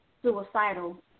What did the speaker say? Suicidal